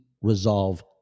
resolve